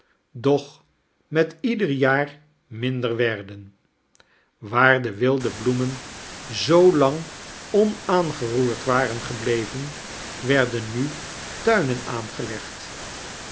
doch met ieder jaar minder werden waar de wilde bloemen zoo lang onaangeroerd waren gebleven werden nu tuinen aangelegd